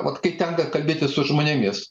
vot kai tenka kalbėtis su žmonėmis